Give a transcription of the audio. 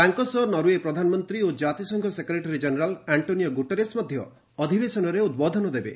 ତାଙ୍କ ସହ ନରଓ୍ପେ ପ୍ରଧାନମନ୍ତ୍ରୀ ଓ ଜାତିସଂଘ ସେକ୍ରେଟାରୀ ଜେନେରାଲ୍ ଆଶ୍କୋନିଓ ଗୁଟେରେସ୍ ମଧ୍ୟ ଅଧିବେଶନରେ ଉଦ୍ବୋଧନ ଦେବେ